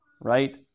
right